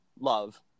love